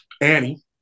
Annie